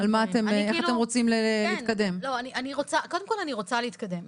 אני רוצה להתקדם,